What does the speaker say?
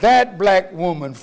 that black woman